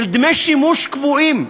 הלא-ברורה, של דמי שימוש קבועים,